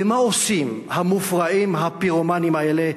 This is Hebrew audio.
ומה עושים המופרעים הפירומנים האלה,